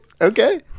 okay